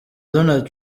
donald